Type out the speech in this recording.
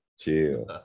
Chill